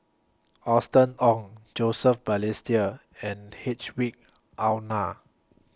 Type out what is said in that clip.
Austen Ong Joseph Balestier and Hedwig Anuar